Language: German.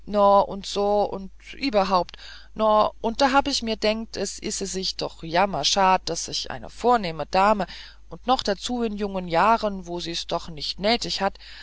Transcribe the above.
und so und ieberhaupt no und da hab ich mir gedenkt es ise sich doch jammerschad daß sich eine vornehme dame und noch dazu in jungen jahren wo sie's doch nicht nötig hat